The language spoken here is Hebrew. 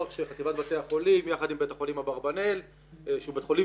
שחטיבת בתי החולים יחד עם בית החולים אברבאנל שהוא בית חולים